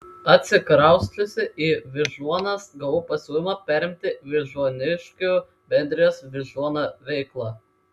atsikrausčiusi į vyžuonas gavau pasiūlymą perimti vyžuoniškių bendrijos vyžuona veiklą